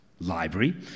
library